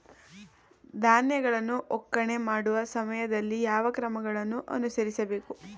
ಧಾನ್ಯಗಳನ್ನು ಒಕ್ಕಣೆ ಮಾಡುವ ಸಮಯದಲ್ಲಿ ಯಾವ ಕ್ರಮಗಳನ್ನು ಅನುಸರಿಸಬೇಕು?